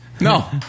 No